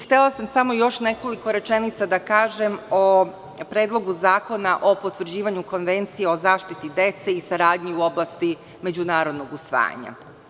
Htela sam samo još nekoliko rečenica da kažem o Predlogu zakona o potvrđivanju Konvencije o zaštiti dece i saradnji u oblasti međunarodnog usvajanja.